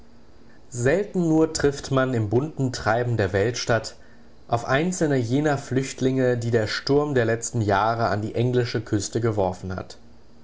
selten nur trifft man im bunten treiben der weltstadt auf einzelne jener flüchtlinge die der sturm der letzten jahre an die englische küste geworfen hat